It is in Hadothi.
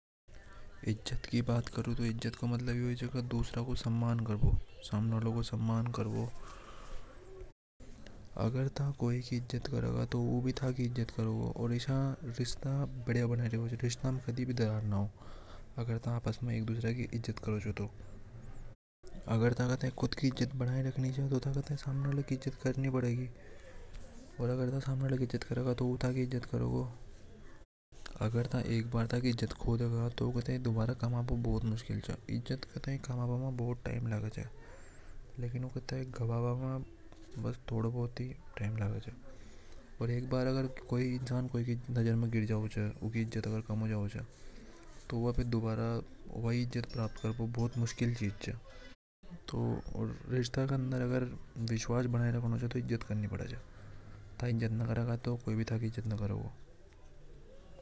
इज्जत की बात करु तो सामने वाला को सम्मान करने। अगर था सामने वाला की इज्जत करेगा तो वो भी थकी इज्जत करेगा और आशय थक रिश्ता बढ़िया बना रेवे च अग्र था आपस में एक दूसरा की इज्जत करो तो। अगर थाई कूद की इज्जत बननी हे तो थाई सामने वाला की इज्जत करनी पड़ेगी। अगर था सामने वाला की इज्जत करेगा तो वो थकी करेगा और अगर एक बार था थकी इज्जत खो देगा। तो उसे कमाने में बहुत टाइम लगे च लेकिन गवांबा में। बहुत कम टाइम लगे च ओर एक बार कोई इनसान। कोई की नजारा में गिर जावे तो वो ही इज्जत बनी रखना में बहुत टाइम लगे था इज्जत नि करेगा तो कोई भी थकी इज्जत नि करेगा।